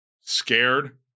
scared